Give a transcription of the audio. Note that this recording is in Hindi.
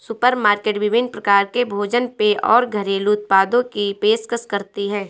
सुपरमार्केट विभिन्न प्रकार के भोजन पेय और घरेलू उत्पादों की पेशकश करती है